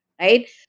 right